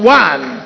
one